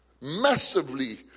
Massively